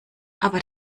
aber